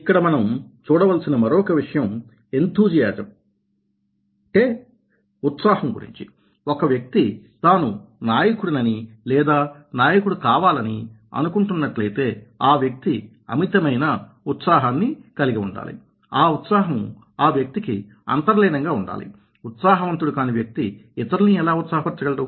ఇక్కడ మనం చూడవలసిన మరొక విషయం ఉత్సాహం గురించి ఒక వ్యక్తి తాను నాయకుడినని లేదా నాయకుడు కావాలని అనుకుంటున్నట్లయితే ఆ వ్యక్తి అమితమైన ఉత్సాహాన్ని కలిగి ఉండాలి ఆ ఉత్సాహం ఆ వ్యక్తికి అంతర్లీనంగా ఉండాలి ఉత్సాహవంతుడు కాని వ్యక్తి ఇతరులని ఎలా ఉత్సాహపరచ గలడు